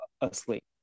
asleep